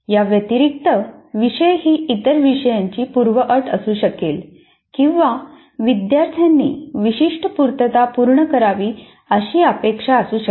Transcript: याव्यतिरिक्त विषय ही इतर विषयाची पूर्वअट असू शकेल किंवा विद्यार्थ्यांनी विशिष्ट पूर्तता पूर्ण करावी अशी अपेक्षा असू शकते